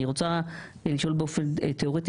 אני רוצה לשאול באופן תיאורטי.